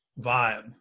vibe